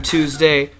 Tuesday